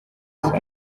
saa